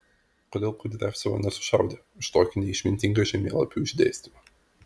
kodėl kudriavcevo nesušaudė už tokį neišmintingą žemėlapių išdėstymą